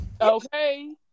okay